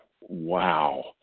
wow